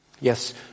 Yes